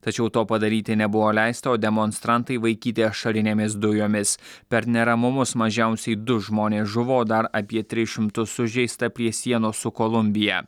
tačiau to padaryti nebuvo leista o demonstrantai vaikyti ašarinėmis dujomis per neramumus mažiausiai du žmonės žuvo dar apie tris šimtus sužeista prie sienos su kolumbija